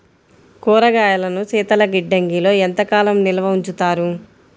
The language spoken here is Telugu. కూరగాయలను శీతలగిడ్డంగిలో ఎంత కాలం నిల్వ ఉంచుతారు?